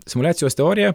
simuliacijos teorija